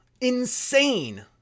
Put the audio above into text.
Insane